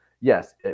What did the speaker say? yes